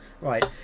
right